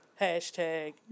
hashtag